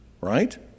right